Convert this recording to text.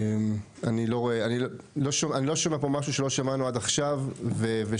אני לא שומע פה משהו שלא שמענו עד עכשיו ושמצדיק